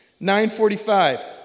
9.45